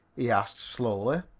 he asked slowly.